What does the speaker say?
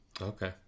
Okay